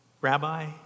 Rabbi